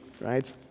right